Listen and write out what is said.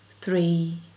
three